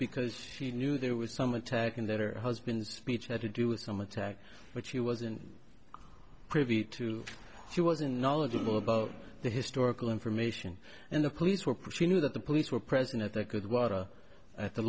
because she knew there was some attack and that her husband speech had to do with some attack but she wasn't privy to she wasn't knowledgeable about the historical information and the police were pushy knew that the police were present at the good water at the